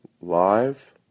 live